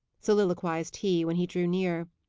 soliloquized he, when he drew near.